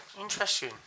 interesting